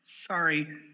Sorry